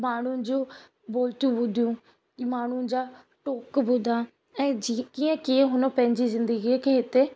माण्हुनि जो बोलतियूं ॿुधियूं माण्हुनि जा टोक ॿुधा ऐं जी कीअं कीअं हुन पैंजी ज़िंदगीअ खे हिते